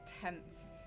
tense